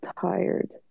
tired